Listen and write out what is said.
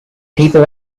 people